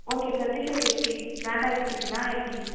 okay sir T shirt எப்படி பிராண்டாக கேட்குறீங்களா எப்படி